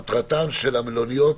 ממה שהיה